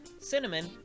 cinnamon